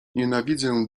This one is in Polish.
nienawidzę